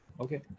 okay